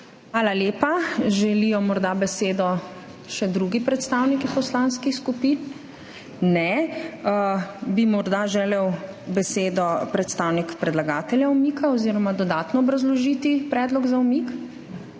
Hvala lepa. Želijo morda besedo še drugi predstavniki poslanskih skupin? Ne. Bi morda želel besedo predstavnik predlagatelja umika oziroma dodatno obrazložiti predlog za umik?